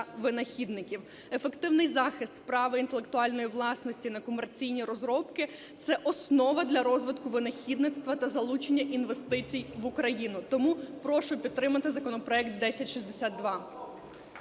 винахідників. Ефективний захист права інтелектуальної власності на комерційні розробки – це основа для розвитку винахідництва та залучення інвестицій в Україну. Тому прошу підтримати законопроект 1062.